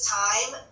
time